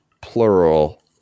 plural